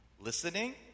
listening